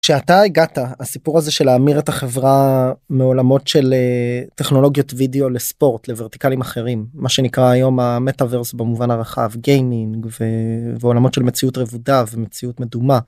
כשאתה הגעת, הסיפור הזה של להמיר את החברה מעולמות של טכנולוגיות וידאו לספורט, לורטיקלים אחרים, מה שנקרא היום המטאוורס במובן הרחב, גיימינג ועולמות של מציאות רבודה ומציאות מדומה.